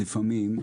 לפעמים,